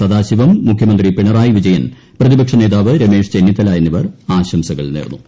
സദാശിവം മുഖ്യമന്ത്രി പിണറായി വീജ്യൻ പ്രതിപക്ഷനേതാവ് രമേശ് ചെന്നിത്തല എന്നിവർ ബക്രീദ് ആശംസ്കൾ നേർന്നു